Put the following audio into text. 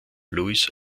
louis